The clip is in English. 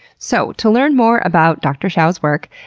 so, to learn more about dr. hsiao's work,